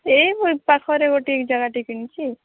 ଏଇ ପାଖରେ ଗୁତେ ଜାଗାଟେ କିନିଛି